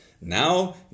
Now